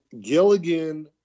Gilligan